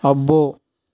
అబ్బో